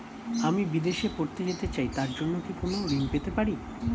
আমি বিদেশে পড়তে যেতে চাই তার জন্য কি কোন ঋণ পেতে পারি?